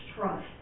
trust